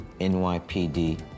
NYPD